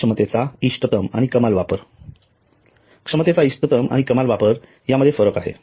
क्षमतेचा इष्टतम आणि कमाल वापर क्षमतेचा इष्टतम आणि कमाल वापर यामध्ये फरक आहे